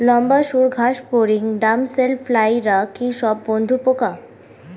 লম্বা সুড় ঘাসফড়িং ড্যামসেল ফ্লাইরা কি সব বন্ধুর পোকা?